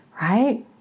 right